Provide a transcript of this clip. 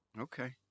Okay